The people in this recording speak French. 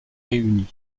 réuni